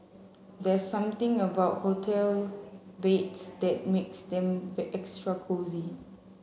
there's something about hotel beds that makes them extra cosy